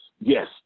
yes